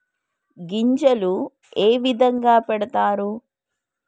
గింజలు ఏ విధంగా పెడతారు?